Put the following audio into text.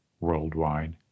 worldwide